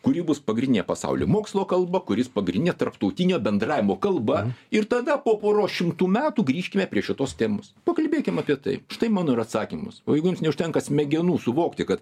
kuri bus pagrindinė pasaulio mokslo kalba kuris pagrindinė tarptautinio bendravimo kalba ir tada po poros šimtų metų grįžkime prie šitos temos pakalbėkim apie tai štai mano ir atsakymus o jeigu jums neužtenka smegenų suvokti kad